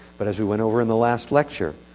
but, as we went over in the last lecture,